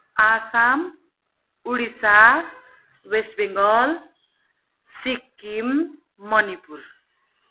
Assam Odisha West Bengal Sikkim Manipur